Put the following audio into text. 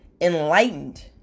enlightened